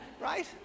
right